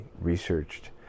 researched